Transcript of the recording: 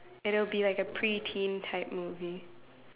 and it'll be like a pre teen type movie